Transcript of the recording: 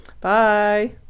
Bye